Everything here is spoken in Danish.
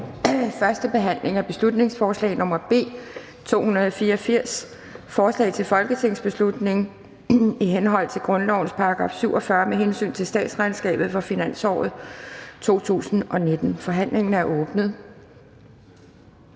2) 1. behandling af beslutningsforslag nr. B 284: Forslag til folketingsbeslutning i henhold til grundlovens § 47 med hensyn til statsregnskabet for finansåret 2019. (Forslaget